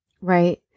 right